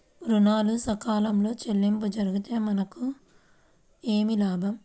ఋణాలు సకాలంలో చెల్లింపు జరిగితే మనకు ఏమి లాభం?